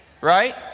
right